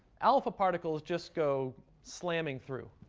alpha particles just go slamming through.